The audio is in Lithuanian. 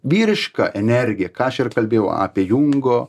vyriška energija ką aš ir kalbėjau apie jungo